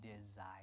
desire